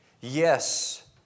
Yes